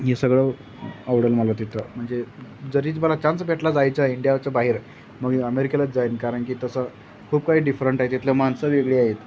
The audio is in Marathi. हे सगळं आवडेल मला तिथं म्हणजे जरीच मला चान्स भेटला जायचा इंडियाच्या बाहेर मग अमेरिकेलाच जाईन कारण की तसं खूप काही डिफरंट आहे तिथलं माणसं वेगळी आहेत